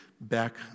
back